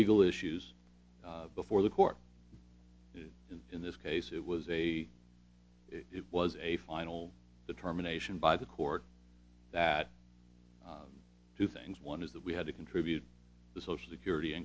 legal issues before the court but in in this case it was a it was a final determination by the court that two things one is that we had to contribute to social security